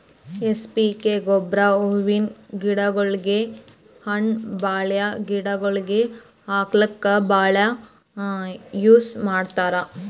N P K ಗೊಬ್ಬರ್ ಹೂವಿನ್ ಗಿಡಗೋಳಿಗ್, ಹಣ್ಣ್ ಬೆಳ್ಯಾ ಗಿಡಗೋಳಿಗ್ ಹಾಕ್ಲಕ್ಕ್ ಭಾಳ್ ಯೂಸ್ ಮಾಡ್ತರ್